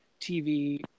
TV